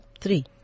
three